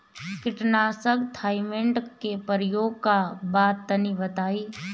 कीटनाशक थाइमेट के प्रयोग का बा तनि बताई?